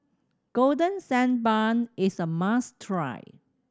Golden Sand Bun is a must try